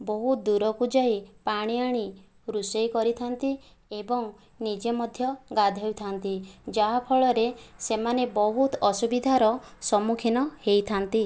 ବହୁତ ଦୂରକୁ ଯାଇ ପାଣି ଆଣି ରୋଷେଇ କରିଥାନ୍ତି ଏବଂ ନିଜେ ମଧ୍ୟ ଗାଧୋଇଥାନ୍ତି ଯାହାଫଳରେ ସେମାନେ ବହୁତ ଅସୁବିଧାର ସମ୍ମୁଖୀନ ହୋଇଥାନ୍ତି